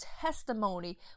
testimony